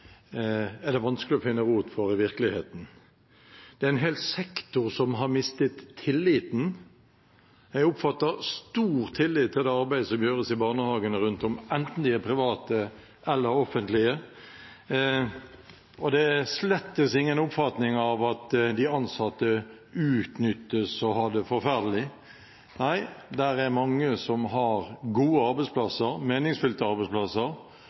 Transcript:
er det vanskelig å finne rot i virkeligheten for. Det er en hel sektor som har mistet tilliten. Jeg oppfatter at det er stor tillit til det arbeidet som gjøres i barnehagene rundt omkring, enten de er private eller offentlige. Og det er slett ingen oppfatning av at de ansatte utnyttes og har det forferdelig. Nei, det er mange som har gode og meningsfylte arbeidsplasser,